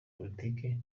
politiki